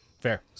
fair